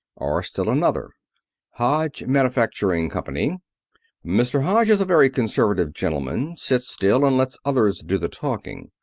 or still another hodge manufacturing company mr. hodge is a very conservative gentleman. sits still and lets others do the talking.